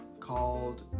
called